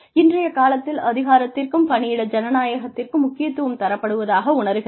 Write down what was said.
இன்றைய காலத்தில் அதிகாரத்திற்கும் பணியிட ஜனநாயகத்திற்கும் முக்கியத்துவம் தரப்படுவதாக உணருகிறார்கள்